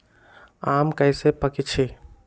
आम कईसे पकईछी?